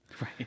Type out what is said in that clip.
Right